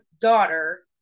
daughter